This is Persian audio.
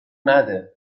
نده